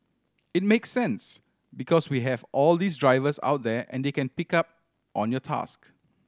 it makes sense because we have all these drivers out there and they can pick up on your task